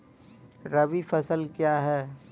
रबी फसल क्या हैं?